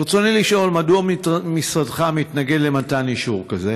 רצוני לשאול: מדוע משרדך מתנגד למתן אישור כזה?